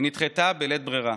היא נדחתה בלית ברירה.